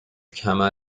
کمر